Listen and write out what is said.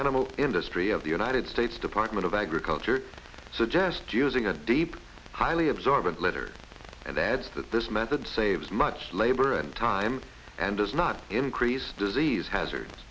animal industry of the united states department of agriculture suggest using a deep highly absorbent litter and adds that this method saves much labor and time and does not increase disease hazards